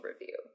review